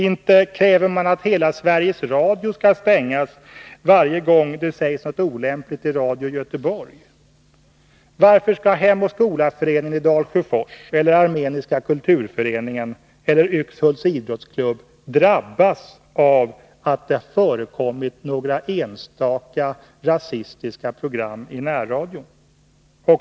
Inte kräver man att hela Sveriges Radio skall stängas, varje gång det sänds något olämpligt i Radio Göteborg. Varför skall Hem och Skola-föreningen i Dalsjöfors, Armeniska kulturföreningen eller Yxhults idrottsklubb få lida för att det har förekommit några enstaka rasistiska program i närradion?